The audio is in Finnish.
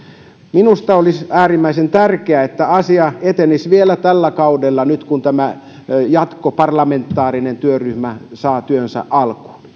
minusta olisi äärimmäisen tärkeää että asia etenisi vielä tällä kaudella nyt kun tämä parlamentaarinen jatkotyöryhmä saa työnsä alkuun